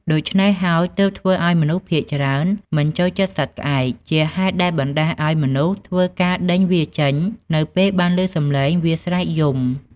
ដូច្នេះហើយទើបធ្វើឱ្យមនុស្សភាគច្រើនមិនចូលចិត្តសត្វក្អែក ជាហេតុដែលបណ្តាលឲ្យមនុស្សធ្វើការដេញវាចេញ នៅពេលបានឮសម្លេងវាស្រែកយំ។